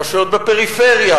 רשויות בפריפריה,